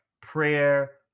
prayer